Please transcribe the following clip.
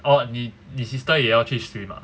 orh 你 sister 也要去 swim ah